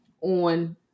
on